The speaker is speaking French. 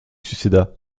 succéda